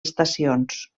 estacions